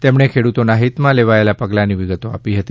તેમણે ખેડૂતોના હિતમાં લેવાયેલા પગલાંની વિગતો આપી હતી